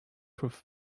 proof